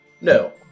No